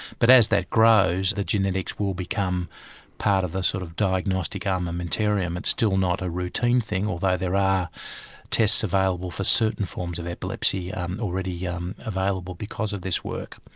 but as that grows the genetics will become part of a sort of diagnostic armamentarium. it's still not a routine thing although there are tests available for certain forms of epilepsy already um available because of this work.